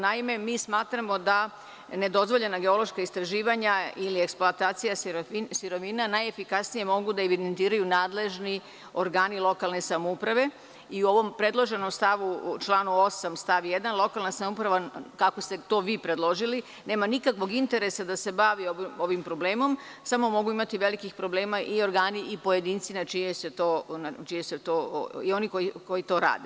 Naime, mi smatramo da nedozvoljena geološka istraživanja ili eksploatacija sirovina najefikasnije mogu da evidentiraju nadležni organi lokalne samouprave i u ovom predloženom članu 8. stav 1.lokalna samouprava, kako ste to vi predložili, nema nikakvog interesa da se bavi ovim problemom, samo mogu imati velikih problema i organi i pojedinci na čijoj se to i oni koji to rade.